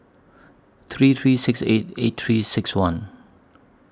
three three six eight eight three six one